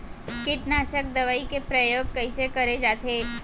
कीटनाशक दवई के प्रयोग कइसे करे जाथे?